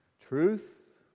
Truth